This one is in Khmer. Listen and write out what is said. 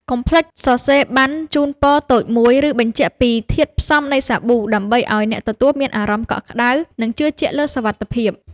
កុំភ្លេចសរសេរប័ណ្ណជូនពរតូចមួយ ឬបញ្ជាក់ពីធាតុផ្សំនៃសាប៊ូ ដើម្បីឱ្យអ្នកទទួលមានអារម្មណ៍កក់ក្ដៅ និងជឿជាក់លើសុវត្ថិភាព។